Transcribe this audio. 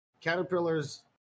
caterpillars